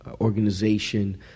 organization